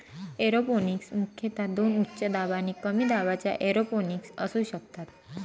aeroponics मुख्यतः दोन उच्च दाब आणि कमी दाबाच्या एरोपोनिक्स असू शकतात